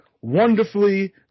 wonderfully